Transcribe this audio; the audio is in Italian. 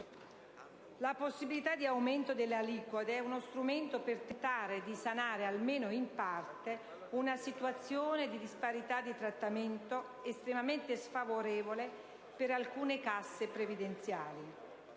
La possibilità di aumento delle aliquote è uno strumento per tentare di sanare almeno in parte una situazione di disparità di trattamento estremamente sfavorevole per alcune casse previdenziali.